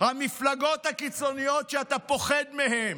המפלגות הקיצוניות שאתה פוחד מהן.